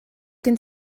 gen